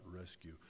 rescue